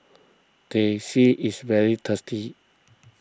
Teh C is very tasty